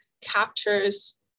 captures